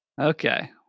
Okay